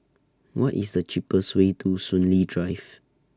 What IS The cheapest Way to Soon Lee Drive